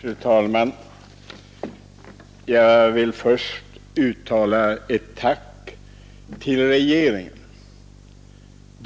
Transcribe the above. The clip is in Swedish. Fru talman! Jag vill först uttala ett tack till regeringen.